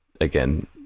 again